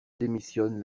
démissionne